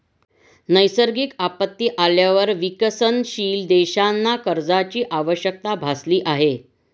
नैसर्गिक आपत्ती आल्यावर विकसनशील देशांना कर्जाची आवश्यकता भासली आहे